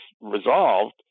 resolved